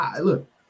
Look